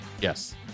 Yes